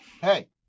Hey